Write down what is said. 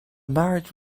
marriage